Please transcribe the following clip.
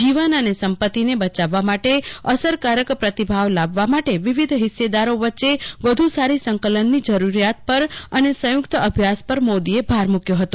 જીવન અને સંપતિને બચાવવા માટે અસરકારક પ્રતિભાવ લાવવા માટે વિવિષ હિસ્સેદારો વચ્ચે વધુ સારી સંકલનની જરૂરિયાત પર અને સંયુક્ત અભ્યાસ પર મોદીએ ભાર મૂક્યો હતો